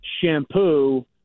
shampoo